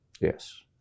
Yes